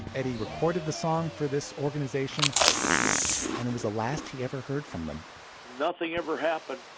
eddie recorded the song for this organization and it was the last he ever heard from them nothing ever happened.